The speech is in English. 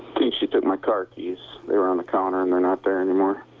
think she took my car keys. they were on the counter and they're not there anymore.